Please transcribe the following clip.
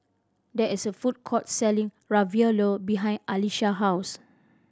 there is a food court selling Ravioli behind Alysha house